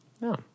No